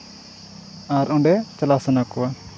ᱟᱨ ᱚᱸᱰᱮ ᱪᱟᱞᱟᱜ ᱥᱟᱱᱟ ᱠᱚᱣᱟ